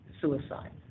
suicide